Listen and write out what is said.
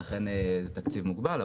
ולכן זה תקציב מוגבל.